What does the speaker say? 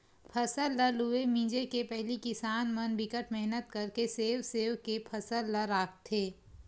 फसल ल लूए मिजे के पहिली किसान मन बिकट मेहनत करके सेव सेव के फसल ल राखथे